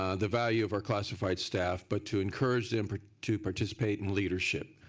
ah the value of our classified staff but to encourage them to participate in leadership.